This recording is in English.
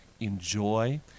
enjoy